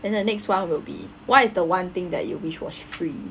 then the next one will be what is the one thing that you wish was free